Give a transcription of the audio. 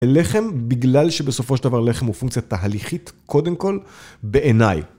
לחם בגלל שבסופו של דבר לחם הוא פונקציה תהליכית, קודם כל, בעיניי.